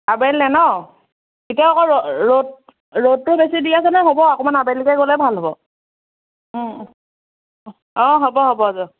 আবেলিলে ন' এতিয়া আকৌ ৰ'দ ৰ'দটো বেছি দি আছে নহয় হ'ব অকণমান আবেলিলৈ গ'লে ভাল হ'ব অ হ'ব হ'ব দিয়ক